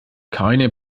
keine